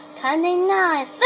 twenty-nine